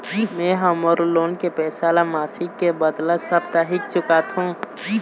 में ह मोर लोन के पैसा ला मासिक के बदला साप्ताहिक चुकाथों